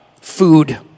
Food